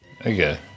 Okay